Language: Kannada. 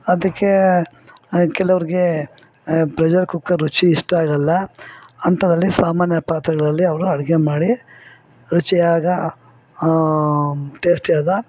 ಅದಕ್ಕೆ ಕೆಲವ್ರಿಗೆ ಪ್ರೆಷರ್ ಕುಕ್ಕರ್ ರುಚಿ ಇಷ್ಟ ಆಗಲ್ಲ ಅಂಥದ್ರಲ್ಲಿ ಸಾಮಾನ್ಯ ಪಾತ್ರೆಗಳಲ್ಲಿ ಅವರು ಅಡಿಗೆ ಮಾಡಿ ರುಚಿಯಾಗ ಟೇಸ್ಟಿಯಾದ